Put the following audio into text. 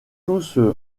tous